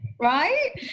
right